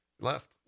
left